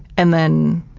and then,